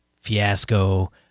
Fiasco